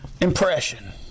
impression